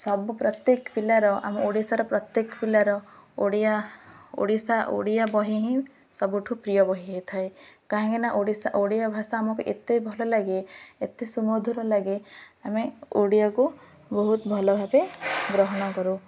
ସବୁ ପ୍ରତ୍ୟେକ ପିଲାର ଆମ ଓଡ଼ିଶାର ପ୍ରତ୍ୟେକ ପିଲାର ଓଡ଼ିଆ ଓଡ଼ିଶା ଓଡ଼ିଆ ବହି ହିଁ ସବୁଠୁ ପ୍ରିୟ ବହି ହେଇଥାଏ କାହିଁକିନା ଓଡ଼ିଶା ଓଡ଼ିଆ ଭାଷା ଆମକୁ ଏତେ ଭଲ ଲାଗେ ଏତେ ସୁମଧୁର ଲାଗେ ଆମେ ଓଡ଼ିଆକୁ ବହୁତ ଭଲ ଭାବେ ଗ୍ରହଣ କରୁ